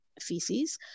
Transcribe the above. feces